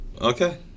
Okay